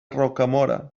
rocamora